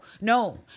no